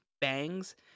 bangs